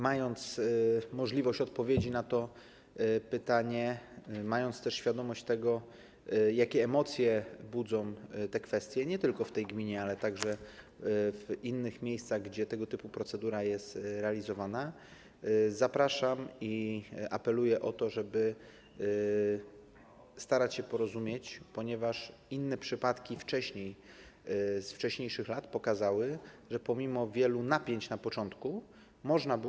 Mając możliwość odpowiedzi na to pytanie, mając też świadomość, jakie emocje budzą te kwestie nie tylko w tej gminie, ale także w innych miejscach, gdzie tego typu procedura jest realizowana, zapraszam i apeluję o to, żeby starać się porozumieć, ponieważ inne przypadki, z wcześniejszych lat, pokazały, że pomimo wielu napięć na początku można było.